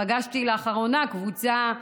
פגשתי לאחרונה קבוצה.